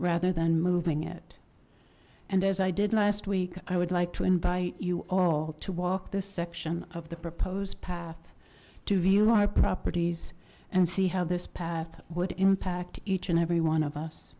rather than moving it and as i did last week i would like to invite you all to walk this section of the proposed path to view our properties and see how this path would impact each and every one of us